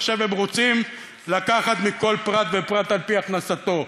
עכשיו הם רוצים לקחת מכל פרט ופרט על-פי הכנסתו.